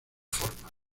forma